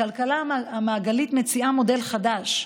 הכלכלה המעגלית מציעה מודל חדש,